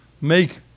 make